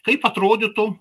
kaip atrodytų